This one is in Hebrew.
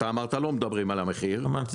אתה אמרת לא מדברים על המחיר --- אמרתי,